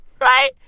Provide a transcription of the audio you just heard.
Right